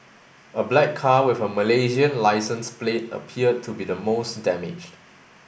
a black car with a Malaysian licence plate appeared to be the most damaged